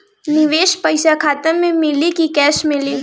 निवेश पइसा खाता में मिली कि कैश मिली?